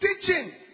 teaching